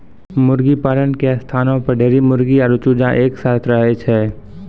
मुर्गीपालन के स्थानो पर ढेरी मुर्गी आरु चूजा एक साथै रहै छै